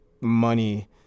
money